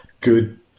good